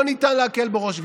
לא ניתן להקל בו ראש.